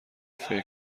فکر